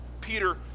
Peter